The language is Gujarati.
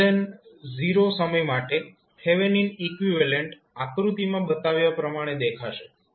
t 0 સમય માટે થેવેનિન ઇકવીવેલેન્ટ આકૃતિમાં બતાવ્યા પ્રમાણે દેખાશે